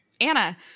Anna